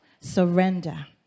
surrender